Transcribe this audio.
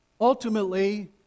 Ultimately